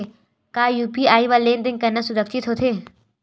का यू.पी.आई म लेन देन करना सुरक्षित होथे?